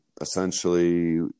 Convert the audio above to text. Essentially